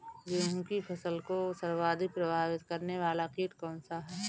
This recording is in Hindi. गेहूँ की फसल को सर्वाधिक प्रभावित करने वाला कीट कौनसा है?